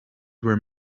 were